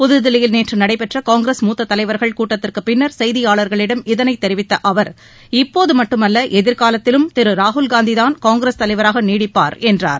புதுதில்லியில் நேற்று நடைபெற்ற காங்கிரஸ் மூத்த தலைவர்கள் கூட்டத்திற்குப் பின்னர் செய்தியாளர்களிடம் இதனைத் தெரிவித்த அவர் இப்போது மட்டுமல்ல எதிர்காலத்திலும் திரு ராகுல்காந்திதான் காங்கிரஸ் தலைவராக நீடிப்பார் என்றார்